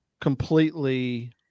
completely